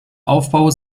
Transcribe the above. aufbau